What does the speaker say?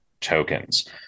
tokens